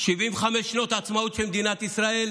75 שנות עצמאות של מדינת ישראל,